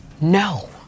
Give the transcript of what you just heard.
No